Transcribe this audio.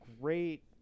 great